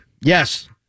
Yes